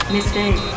Mistake